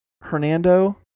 hernando